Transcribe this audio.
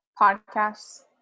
Podcasts